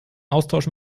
austausch